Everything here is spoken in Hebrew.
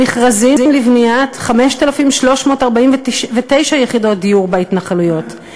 מכרזים לבניית 5,349 יחידות דיור בהתנחלויות,